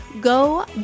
go